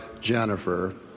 Jennifer